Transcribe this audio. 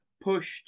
pushed